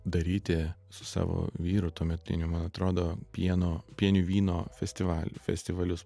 daryti su savo vyru tuometiniu man atrodo pieno pienių vyno festivalį festivalius